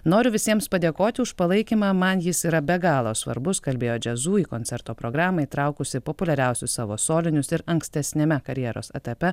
noriu visiems padėkoti už palaikymą man jis yra be galo svarbus kalbėjo jazzu į koncerto programą įtraukusi populiariausius savo solinius ir ankstesniame karjeros etape